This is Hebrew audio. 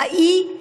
אלא היא,